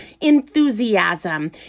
enthusiasm